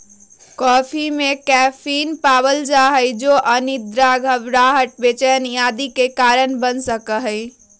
coffee में caffeine पावल जा हई जो अनिद्रा, घबराहट, बेचैनी आदि के कारण बन सका हई